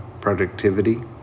productivity